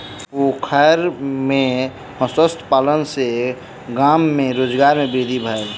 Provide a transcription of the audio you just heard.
पोखैर में मत्स्य पालन सॅ गाम में रोजगार में वृद्धि भेल